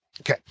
okay